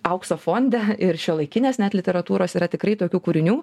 aukso fonde ir šiuolaikinės literatūros yra tikrai tokių kūrinių